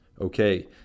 Okay